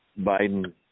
Biden